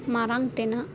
ᱢᱟᱨᱟᱝ ᱛᱮᱱᱟᱜ